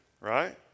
right